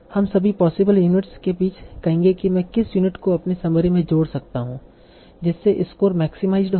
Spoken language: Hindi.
हम सभी पॉसिबल यूनिट्स के बीच कहेंगे कि मैं किस यूनिट को अपने समरी में जोड़ सकता हूं जिससे स्कोर मैक्सीमाईड हो